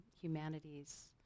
humanities